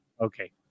Okay